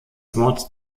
wort